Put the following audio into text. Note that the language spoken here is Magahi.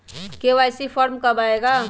के.वाई.सी फॉर्म कब आए गा?